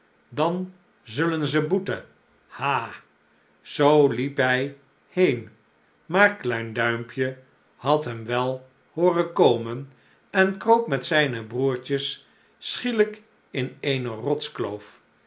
dan zullen ze boeten ha zoo liep hij heen maar klein duimpje had hem wel hooren komen en kroop met zijne broertjes schielijk in eene